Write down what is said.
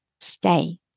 stay